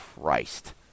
Christ